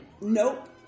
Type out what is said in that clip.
Nope